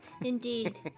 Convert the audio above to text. Indeed